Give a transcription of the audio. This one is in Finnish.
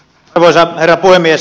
arvoisa herra puhemies